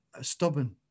stubborn